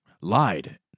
lied